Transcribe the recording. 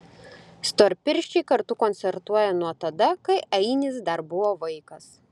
storpirščiai kartu koncertuoja nuo tada kai ainis dar buvo vaikas